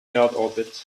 erdorbit